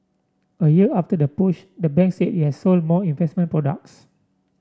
a year after the push the bank said it has sold more investment products